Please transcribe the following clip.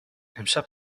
امشب